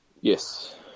Yes